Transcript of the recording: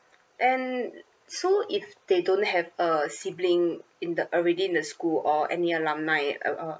and so if they don't have a sibling in the already in the school or any alumni uh